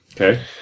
Okay